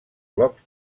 blocs